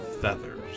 Feathers